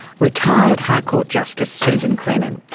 retired high court justice susan crennan,